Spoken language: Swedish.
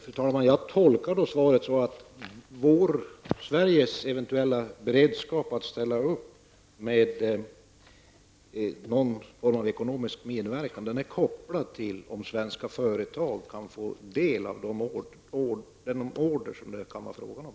Fru talman! Jag tolkar då svaret så, att Sveriges eventuella beredskap att ställa upp med någon form av ekonomisk medverkan är kopplad till om svenska företag kan få del av de order som det kan bli fråga om.